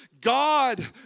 God